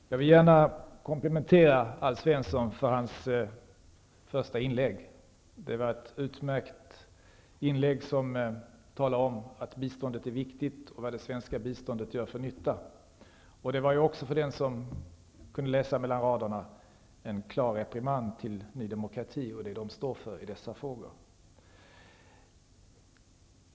Herr talman! Jag vill gärna komplimentera Alf Svensson för hans första inlägg. Det var ett utmärkt inlägg, där han talade om att bistånd är viktigt och vad det svenska biståndet gör för nytta. För den som kan läsa mellan raderna var det också en klar reprimand till Ny demokrati och vad de står för i dessa frågor.